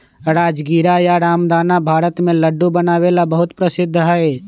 राजगीरा या रामदाना भारत में लड्डू बनावे ला बहुत प्रसिद्ध हई